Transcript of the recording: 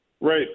Right